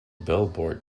billboard